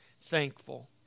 thankful